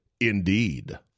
Indeed